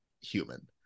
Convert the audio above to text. human